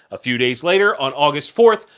a few days later on august fourth,